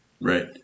right